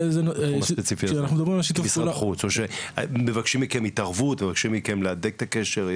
האם מבקשים מכם התערבות או שמבקשים מכם להדק את הקשר?